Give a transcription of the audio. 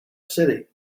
city